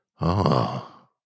Ah